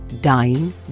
dying